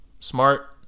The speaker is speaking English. Smart